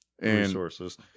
resources